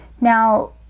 Now